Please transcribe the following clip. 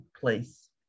place